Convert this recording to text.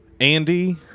andy